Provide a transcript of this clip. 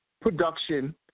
Production